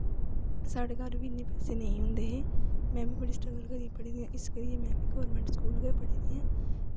साढ़े घर बी इन्ने पैसे नेईं होंदे हे में बी बड़ी स्ट्रगल करियै पढ़ी दी आं इस करियै में बी गौरमैंट स्कूल गै पढ़ी दी आं